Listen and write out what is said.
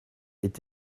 est